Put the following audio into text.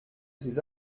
ces